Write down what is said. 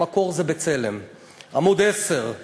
המקור זה "בצלם"; עמוד 10,